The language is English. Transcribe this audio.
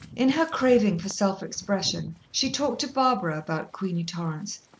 in her craving for self-expression, she talked to barbara about queenie torrance,